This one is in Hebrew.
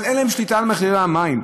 אבל אין להם שליטה על מחירי המים.